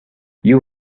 you